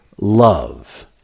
love